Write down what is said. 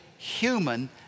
human